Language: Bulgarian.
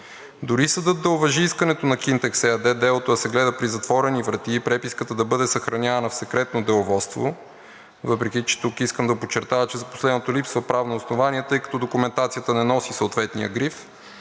Дори и съдът да уважи искането на „Кинтекс“ ЕАД делото да се гледа при затворени врати и преписката да бъде съхранявана в Секретно деловодство, въпреки че тук искам да подчертая, че за последното липсва правно основание, тъй като документацията не носи съответния гриф,